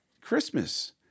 Christmas